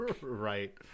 Right